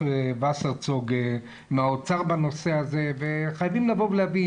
וסרצוק מהאוצר בנושא הזה וחייבים להבין,